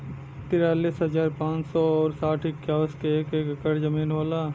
तिरालिस हजार पांच सौ और साठ इस्क्वायर के एक ऐकर जमीन होला